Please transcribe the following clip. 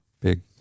big